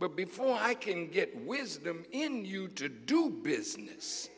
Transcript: but before i can get wisdom in you to do business